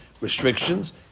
restrictions